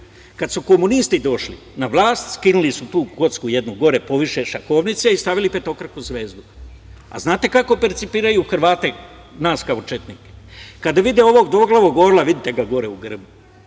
kada su komunisti došli na vlast, skinuli su tu jednu kocku gore poviše šahovnice i stavili petokraku zvezdu. A znate li kako percipiraju Hrvati nas kao četnike? Kada vide ovog dvoglavog orla, vidite ga gore u grbu,